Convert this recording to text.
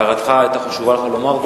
הערתך, היה חשוב לך לומר.